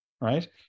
right